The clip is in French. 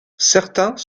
certains